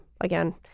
again